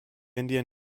indian